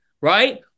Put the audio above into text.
right